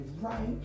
right